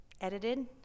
edited